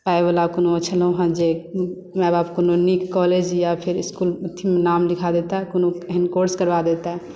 पाइवला कोनो छलौ हँ नहि जे माँ बाप कोनो नीक कॉलेज या कोनो इस्कुलमे नाम लिखा देता कोनो एहन कोर्स करवा देता